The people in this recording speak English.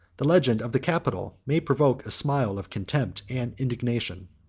the legend of the capitol may provoke a smile of contempt and indignation.